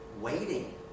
waiting